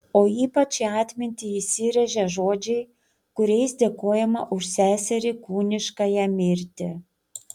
o ypač į atmintį įsirėžia žodžiai kuriais dėkojama už seserį kūniškąją mirtį